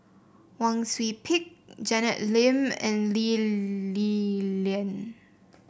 Wang Sui Pick Janet Lim and Lee Li Lian